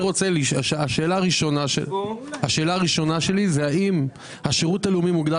השאלה הראשונה שלי היא האם השירות הלאומי מוגדר